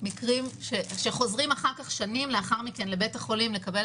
המקרים שבהם חוזרים אחרי שנים לבית החולים לקבל